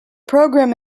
program